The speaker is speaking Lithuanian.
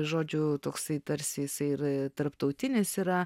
žodžiu toksai tarsi jisai ir tarptautinis yra